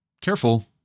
Careful